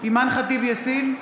אימאן ח'טיב יאסין,